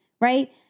right